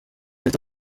leta